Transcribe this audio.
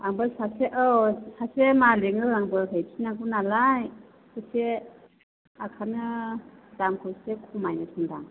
आंबो सासे औ सासे मालिकनो आंबो हैफिननांगौ नालाय एसे ओंखायनो दामखौ एसे खमायनो थिनदों आं